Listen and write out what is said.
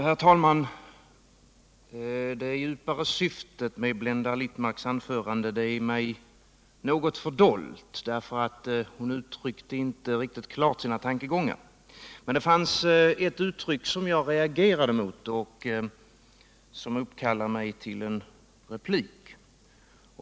Herr talman! Det djupare syftet med Blenda Littmarcks anförande är mig något fördolt eftersom hon inte riktigt klart uttryckte sina tankegångar. Men det fanns ett uttryck som jag reagerade mot och som uppkallar mig till en replik.